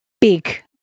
big